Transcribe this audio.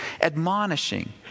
Admonishing